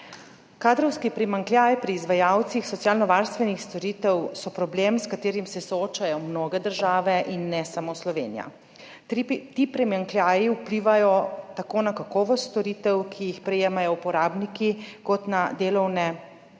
Kadrovski primanjkljaj pri izvajalcih socialnovarstvenih storitev je problem, s katerim se soočajo mnoge države, ne samo Slovenija. Ti primanjkljaji vplivajo tako na kakovost storitev, ki jih prejemajo uporabniki, kot na delovne